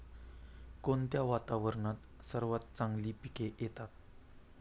कोणत्या वातावरणात सर्वात चांगली पिके येतात?